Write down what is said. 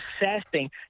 assessing